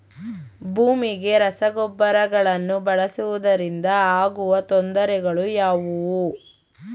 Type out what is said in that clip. ಭೂಮಿಗೆ ರಸಗೊಬ್ಬರಗಳನ್ನು ಬಳಸುವುದರಿಂದ ಆಗುವ ತೊಂದರೆಗಳು ಯಾವುವು?